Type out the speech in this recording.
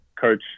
Coach